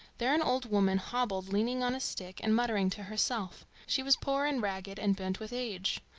there an old woman hobbled, leaning on a stick, and muttering to herself. she was poor and ragged, and bent with age.